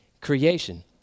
creation